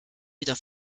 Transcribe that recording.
wieder